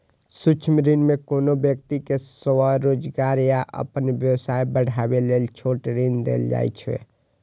सूक्ष्म ऋण मे कोनो व्यक्ति कें स्वरोजगार या अपन व्यवसाय बढ़ाबै लेल छोट ऋण देल जाइ छै